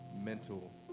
mental